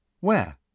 Where